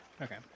Okay